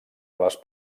les